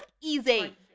easy